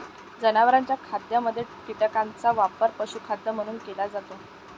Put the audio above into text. जनावरांच्या खाद्यामध्ये कीटकांचा वापर पशुखाद्य म्हणून केला जातो